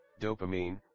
dopamine